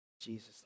Jesus